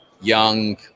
young